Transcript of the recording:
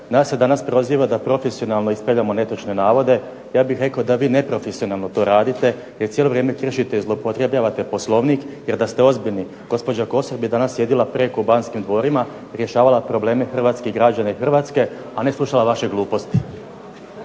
Nas se danas proziva da profesionalnog ispravljamo netočne navode. Ja bih rekao da vi neprofesionalno to radite jer cijelo vrijeme kršite i zloupotrebljavate Poslovnik, jer da ste ozbiljni gospođa Kosor bi danas sjedila preko u Banskim dvorima i rješavala probleme hrvatskih građana i Hrvatske, a ne slušala vaše gluposti.